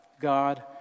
God